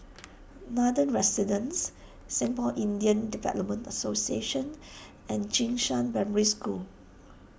Nathan Residences Singpore Indian Development Association and Jing Shan Primary School